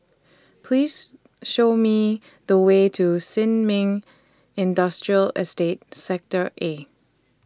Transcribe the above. Please Show Me The Way to Sin Ming Industrial Estate Sector A